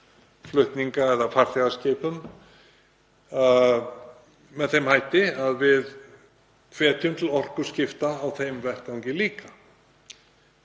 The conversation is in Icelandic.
flutninga- eða farþegaskipum, með þeim hætti að við hvetjum til orkuskipta á þeim vettvangi líka.